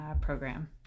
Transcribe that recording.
program